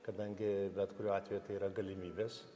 kadangi bet kuriuo atveju tai yra galimybės